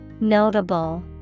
Notable